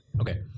Okay